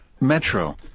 Metro